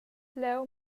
leu